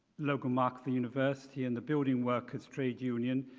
logo mark for university and the building work as trade union.